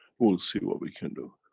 we'll see what we can do.